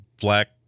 black